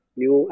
new